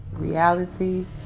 Realities